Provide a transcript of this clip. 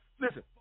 listen